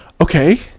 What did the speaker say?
Okay